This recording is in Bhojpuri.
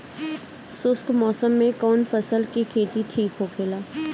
शुष्क मौसम में कउन फसल के खेती ठीक होखेला?